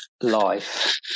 life